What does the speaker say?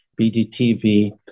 BDTV